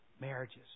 Marriages